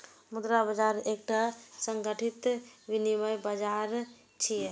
मुद्रा बाजार एकटा संगठित विनियम बाजार छियै